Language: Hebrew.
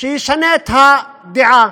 שישנה את הדעה